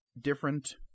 different